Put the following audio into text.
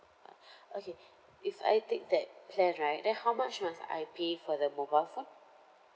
okay if I take that plan right then how much must I pay for the mobile phone